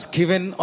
given